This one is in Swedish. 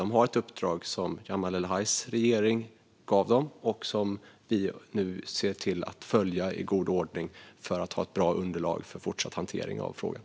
De har ett uppdrag som Jamal El-Hajs regering gav dem och som vi nu ser till att följa i god ordning för att ha ett bra underlag för fortsatt hantering av frågan.